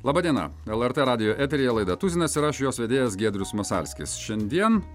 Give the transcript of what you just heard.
laba diena lrt radijo eteryje laida tuzinas ir aš jos vedėjas giedrius masalskis šiandien